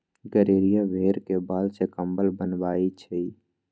गड़ेरिया भेड़ के बाल से कम्बल बनबई छई